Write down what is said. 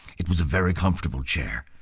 it was a very comfortable chair,